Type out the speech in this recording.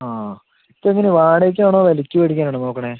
ആ ഇപ്പം എങ്ങനയാ വാടകയ്ക്ക് ആണോ വിലക്ക് മേടിക്കാൻ ആണോ നോക്കണെ